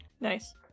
Nice